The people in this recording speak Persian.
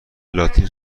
لاتین